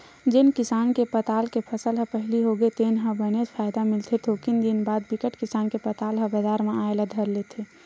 जेन किसान के पताल के फसल ह पहिली होगे तेन ल बनेच फायदा मिलथे थोकिन दिन बाद बिकट किसान के पताल ह बजार म आए ल धर लेथे